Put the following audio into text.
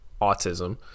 autism